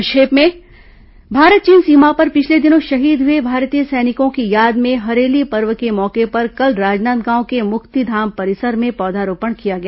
संक्षिप्त समाचार भारत चीन सीमा पर पिछले दिनों शहीद हुए भारतीय सैनिकों की याद में हरेली पर्व के मौके पर कल राजनांदगांव के मुक्तिधाम परिसर में पौधारोपण किया गया